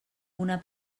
una